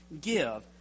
give